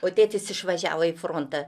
o tėtis išvažiavo į frontą